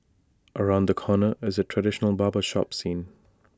around the corner is A traditional barber shop scene